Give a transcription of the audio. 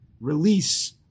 release